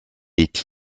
est